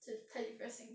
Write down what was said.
这太 depressing